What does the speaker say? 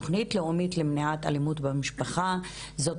תוכנית לאומית למניעת אלימות במשפחה זאת